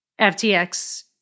FTX